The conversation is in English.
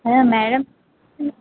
hello madam